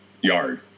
yard